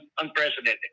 Unprecedented